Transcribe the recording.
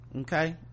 okay